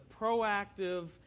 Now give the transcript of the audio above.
proactive